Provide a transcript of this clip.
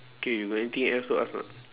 K you got anything else to ask not